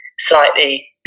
slightly